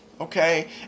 okay